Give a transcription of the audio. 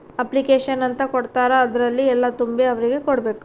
application ಅಂತ ಕೊಡ್ತಾರ ಅದ್ರಲ್ಲಿ ಎಲ್ಲ ತುಂಬಿ ಅವ್ರಿಗೆ ಕೊಡ್ಬೇಕು